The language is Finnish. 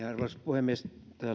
arvoisa puhemies täällä on käyty